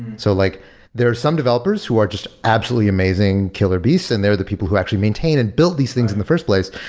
so like there're some developers who are just absolutely amazing killer beasts and they are the people who actually maintain and build these things in the first place.